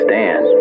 Stand